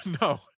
No